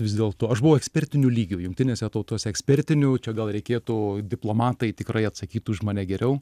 vis dėlto aš buvau ekspertiniu lygiu jungtinėse tautose ekspertinių čia gal reikėtų diplomatai tikrai atsakytų už mane geriau